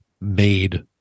made